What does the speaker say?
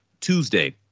Tuesday